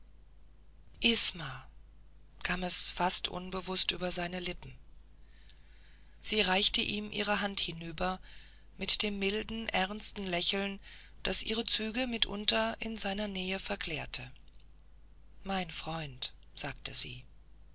isma kam es fast unbewußt über seine lippen sie reichte ihm ihre hand hinüber mit dem milden ernsten lächeln das ihre züge mitunter in seiner nähe verklärte mein freund sagte sie